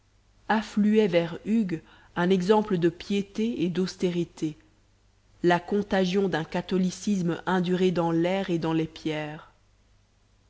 affluait vers hugues un exemple de piété et d'austérité la contagion d'un catholicisme induré dans l'air et dans les